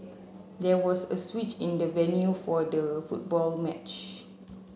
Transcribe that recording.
there was a switch in the venue for the football match